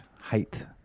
height